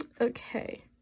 Okay